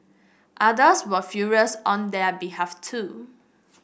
others were furious on their behalf too